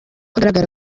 agaragara